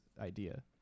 idea